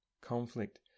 Conflict